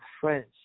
French